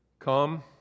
Come